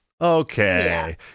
Okay